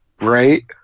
Right